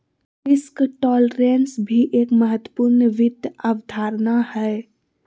risk tolerance भी एक महत्वपूर्ण वित्त अवधारणा हय